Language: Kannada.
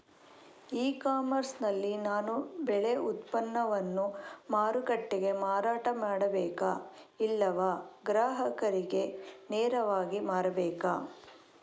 ಇ ಕಾಮರ್ಸ್ ನಲ್ಲಿ ನಾನು ಬೆಳೆ ಉತ್ಪನ್ನವನ್ನು ಮಾರುಕಟ್ಟೆಗೆ ಮಾರಾಟ ಮಾಡಬೇಕಾ ಇಲ್ಲವಾ ಗ್ರಾಹಕರಿಗೆ ನೇರವಾಗಿ ಮಾರಬೇಕಾ?